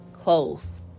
close